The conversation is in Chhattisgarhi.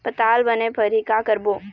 पताल बने फरही का करबो?